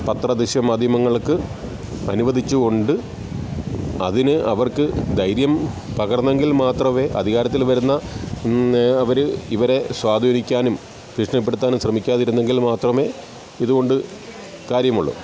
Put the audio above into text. പത്ര ദൃശ്യ മാധ്യമങ്ങൾക്ക് അനുവദിച്ചുകൊണ്ട് അതിന് അവർക്ക് ധൈര്യം പകർന്നുവെങ്കിൽ മാത്രമേ അധികാരത്തിൽ വരുന്ന അവർ ഇവരെ സ്വാധീനിക്കാനും ഭീഷണിപെടുത്താനും ശ്രമിക്കാതിരുന്നുവെങ്കിൽ മാത്രമേ ഇതുകൊണ്ട് കാര്യമുള്ളൂ